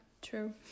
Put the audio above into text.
true